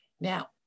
Now